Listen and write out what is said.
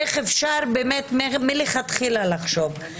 איך אפשר באמת מלכתחילה לחשוב על זה.